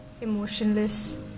emotionless